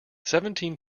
seventeen